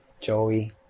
Joey